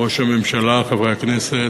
ראש הממשלה, חברי הכנסת,